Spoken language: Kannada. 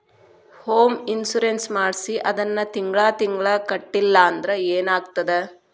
ಹೊಮ್ ಇನ್ಸುರೆನ್ಸ್ ಮಾಡ್ಸಿ ಅದನ್ನ ತಿಂಗ್ಳಾ ತಿಂಗ್ಳಾ ಕಟ್ಲಿಲ್ಲಾಂದ್ರ ಏನಾಗ್ತದ?